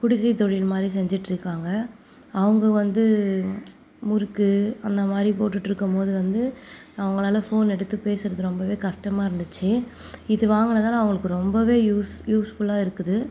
குடிசைத்தொழில் மாதிரி செஞ்சிகிட்டிருக்காங்க அவங்க வந்து முறுக்கு அந்த மாதிரி போட்டுட்டிருக்கும்போது வந்து அவங்களால் ஃபோன் எடுத்து பேசுறது ரொம்பவே கஷ்டமாக இருந்துச்சு இது வாங்கினதால அவங்களுக்கு ரொம்பவே யூஸ் யூஸ்ஃபுல்லாக இருக்குது